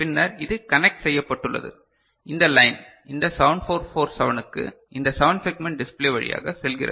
பின்னர் இது கனெக்ட் செய்யப்பட்டுள்ளது இந்த லைன் இந்த 7447 க்கு இந்த 7 செக்மெண்ட் டிஸ்பிளே வழியாக செல்கிறது